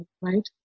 right